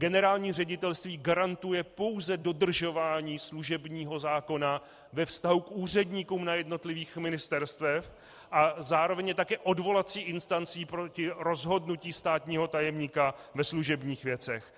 Generální ředitelství garantuje pouze dodržování služebního zákona ve vztahu k úředníkům na jednotlivých ministerstvech a zároveň je také odvolací instancí proti rozhodnutí státního tajemníka ve služebních věcech.